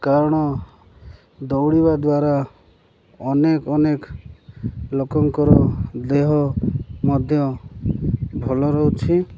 କାରଣ ଦୌଡ଼ିବା ଦ୍ୱାରା ଅନେକ ଅନେକ ଲୋକଙ୍କର ଦେହ ମଧ୍ୟ ଭଲ ରହୁଛି